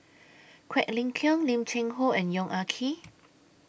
Quek Ling Kiong Lim Cheng Hoe and Yong Ah Kee